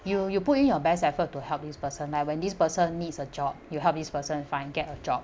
you you put in your best effort to help this person like when this person needs a job you help this person find get a job